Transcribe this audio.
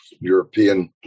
European